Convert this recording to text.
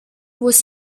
was